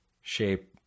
Shape